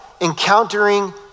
encountering